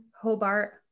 Hobart